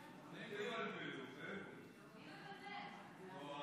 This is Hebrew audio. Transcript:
חוק סמכויות מיוחדות להתמודדות עם נגיף